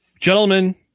Gentlemen